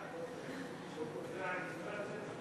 אדוני היושב-ראש.